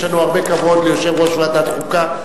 יש לנו הרבה כבוד ליושב-ראש ועדת החוקה,